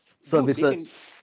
services